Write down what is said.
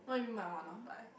what you mean by one off buy